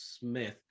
Smith